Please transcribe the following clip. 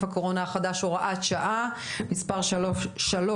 הקורונה החדש) (הוראת שעה) (מס' 3),